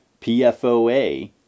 PFOA